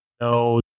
no